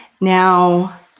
now